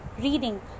reading